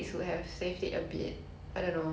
with 蛋炒面